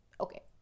okay